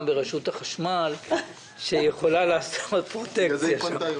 ברשות החשמל והיא יכולה לעשות שם פרוטקציה.